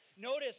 Notice